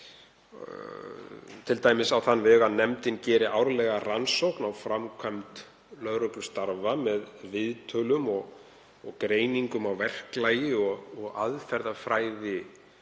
t.d. á þann veg að nefndin geri árlega rannsókn á framkvæmd lögreglustarfa með viðtölum og greiningu á verklagi og aðferðafræði